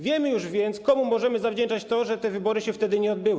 Wiemy już więc, komu możemy zawdzięczać to, że te wybory się wtedy nie odbyły.